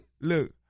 look